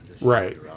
Right